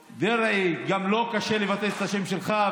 דרעי: גם לו קשה לבטא את השם שלך,